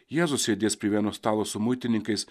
jėzus sėdės prie vieno stalo su muitininkais